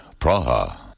Praha